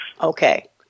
Okay